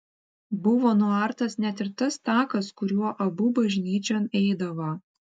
buvo nuartas net ir tas takas kuriuo abu bažnyčion eidavo